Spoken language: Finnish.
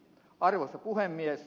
arvoisa puhemies